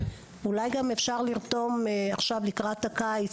אולי אפשר גם עכשיו לקראת הקיץ,